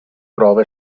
prova